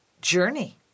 journey